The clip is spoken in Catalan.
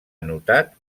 anotat